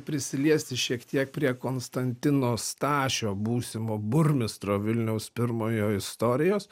prisiliesti šiek tiek prie konstantino stašio būsimo burmistro vilniaus pirmojo istorijos